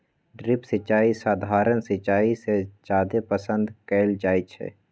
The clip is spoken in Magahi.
ड्रिप सिंचाई सधारण सिंचाई से जादे पसंद कएल जाई छई